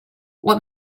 what